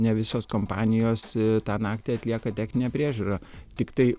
ne visos kompanijos tą naktį atlieka techninę priežiūrą tiktai